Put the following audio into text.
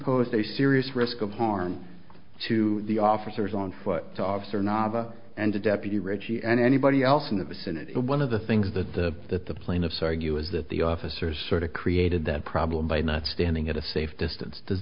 pose a serious risk of harm to the officers on foot to officer nava and deputy richie and anybody else in the vicinity one of the things that the that the plaintiffs argue is that the officers sort of created that problem by not standing at a safe distance does